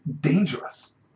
dangerous